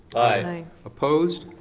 aye. opposed?